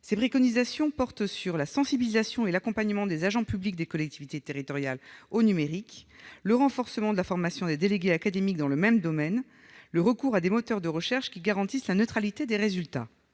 Ses préconisations portent sur la sensibilisation au numérique et l'accompagnement des agents publics des collectivités territoriales, le renforcement de la formation des délégués académiques dans le même domaine et le recours à des moteurs de recherche qui garantissent la neutralité des résultats.